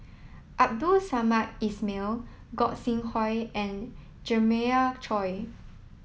Abdul Samad Ismail Gog Sing Hooi and Jeremiah Choy